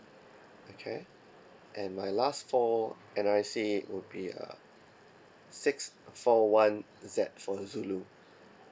okay and my last four N_R_I_C would be uh six four one Z for the zoo